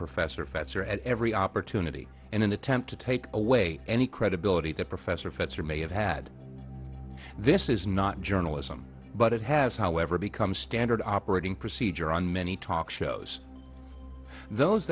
professor fetzer at every opportunity in an attempt to take away any credibility that professor fetzer may have had this is not journalism but it has however become standard operating procedure on many talk shows those